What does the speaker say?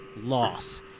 loss